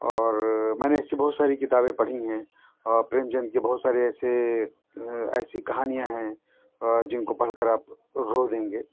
اور میں نے ایسی بہت ساری کتابیں پڑھی ہیں پریم چند کے بہت سارے ایسے ایسی کہانیاں ہیں جن کو پڑھ کر آپ رو دیں گے